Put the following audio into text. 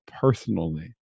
personally